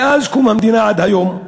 מאז קום המדינה ועד היום,